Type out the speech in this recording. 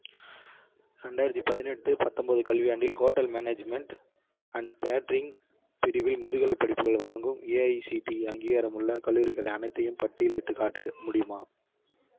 ரெண்டாயிரத்து பதினெட்டு பத்தொம்பது கல்வியாண்டில் ஹோட்டல் மேனேஜ்மெண்ட் அண்ட் கேட்டரிங் பிரிவில் முதுகலைப் படிப்புகளை வழங்கும் ஏஐசிடிஇ அங்கீகாரமுள்ள கல்லூரிகள் அனைத்தையும் பட்டியலிட்டுக் காட்ட முடியுமா